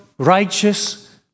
Righteous